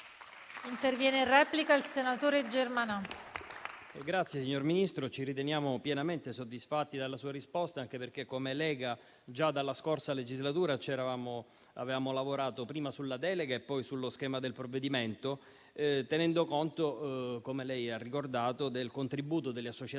Signor Ministro, ci riteniamo pienamente soddisfatti dalla sua risposta, anche perché come Lega già dalla scorsa legislatura avevamo lavorato prima sulla delega e poi sullo schema del provvedimento, tenendo conto, come lei ha ricordato, del contributo delle associazioni,